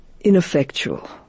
ineffectual